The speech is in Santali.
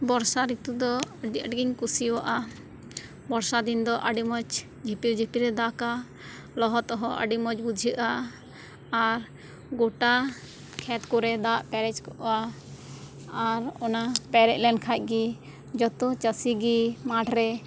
ᱵᱚᱨᱥᱟ ᱨᱤᱛᱩ ᱫᱚ ᱟᱹᱰᱤ ᱟᱸᱴ ᱜᱮᱧ ᱠᱩᱥᱤᱣᱟᱜᱼᱟ ᱵᱚᱨᱥᱟ ᱫᱤᱱ ᱫᱚ ᱟᱹᱰᱤ ᱢᱚᱡᱽ ᱡᱷᱤᱯᱤᱨ ᱡᱷᱤᱯᱤᱨᱮ ᱫᱟᱜᱟ ᱞᱚᱦᱚᱫᱚᱜ ᱦᱚᱸ ᱟᱹᱰᱤ ᱢᱚᱡᱽ ᱵᱩᱡᱷᱟᱹᱜᱼᱟ ᱟᱨ ᱜᱚᱴᱟ ᱠᱷᱮᱛ ᱠᱚᱨᱮ ᱫᱟᱜ ᱯᱮᱨᱮᱡᱽ ᱠᱚᱜᱼᱟ ᱟᱨ ᱚᱱᱟ ᱯᱮᱨᱮᱡ ᱞᱮᱱ ᱠᱷᱟᱱ ᱜᱮ ᱡᱚᱛᱚ ᱪᱟᱥᱤ ᱜᱮ ᱢᱟᱴᱷ ᱨᱮ